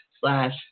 slash